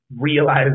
realize